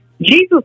Jesus